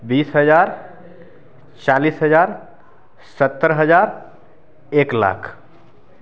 बीस हजार चालीस हजार सत्तरि हजार एक लाख